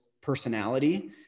personality